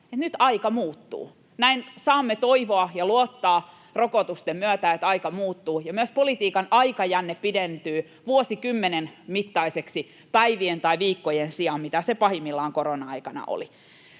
nyt aika muuttuu. Näin saamme rokotusten myötä toivoa ja luottoa, että aika muuttuu, ja myös politiikan aikajänne pidentyy vuosikymmenen mittaiseksi päivien tai viikkojen sijaan, mitä se pahimmillaan korona-aikana oli.